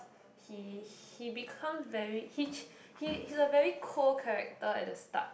he he becomes very he ch~ he he's a very cold character at the start